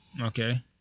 Okay